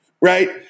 right